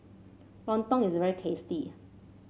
lontong is very tasty